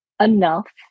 enough